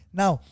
now